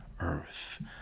earth